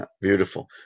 Beautiful